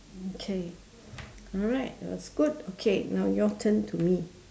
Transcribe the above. okay alright that was good okay now your turn to me